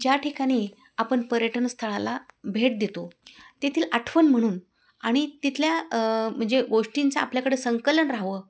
ज्या ठिकाणी आपण पर्यटन स्थळाला भेट देतो तेथील आठवण म्हणून आणि तिथल्या म्हणजे गोष्टींचं आपल्याकडे संकलन रहावं